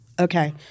Okay